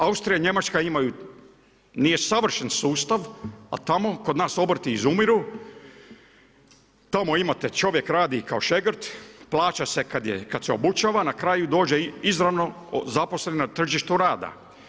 Austrija, Njemačka imaju, nije savršen sustav a tamo kod nas obrti izumiru, tamo imate čovjek radi kao šegrt, plaća se kad se obučava, na kraju dođe izravno zaposlen na tržište rada.